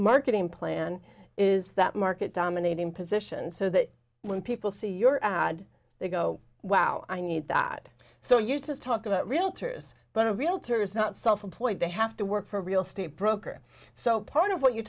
marketing plan is that market dominating position so that when people see your ad they go wow i need that so you just talk about realtors but a realtor is not self employed they have to work for a real estate broker so part of what you